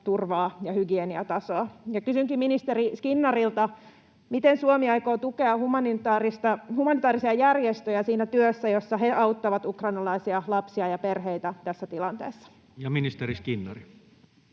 turvaa ja hygieniatasoa. Kysynkin ministeri Skinnaril-ta: miten Suomi aikoo tukea humanitaarisia järjestöjä siinä työssä, jossa he auttavat ukrainalaisia lapsia ja perheitä tässä tilanteessa? Ja ministeri Skinnari.